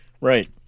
Right